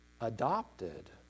adopted